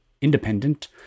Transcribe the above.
independent